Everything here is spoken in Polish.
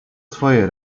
swoje